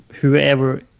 whoever